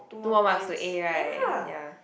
two more marks to A right ya